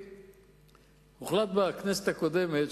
בכנסת הקודמת,